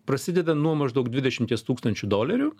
prasideda nuo maždaug dvidešimties tūkstančių dolerių